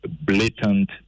blatant